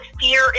fear